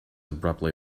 abruptly